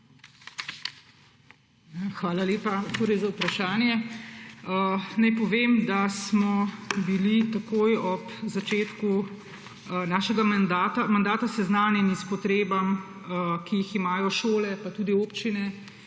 Hvala lepa za vprašanje. Naj povem, da smo bili takoj ob začetku našega mandata seznanjeni s potrebami, ki jih imajo šole pa tudi občine